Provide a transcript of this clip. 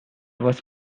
was